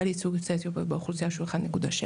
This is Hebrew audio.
מעל ייצוג יוצאי אתיופיה באוכלוסיה שהוא 1.7,